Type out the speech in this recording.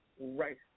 Right